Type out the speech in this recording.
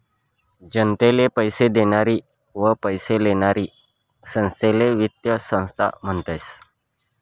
जनताले पैसा देनारी व पैसा लेनारी संस्थाले वित्तीय संस्था म्हनतस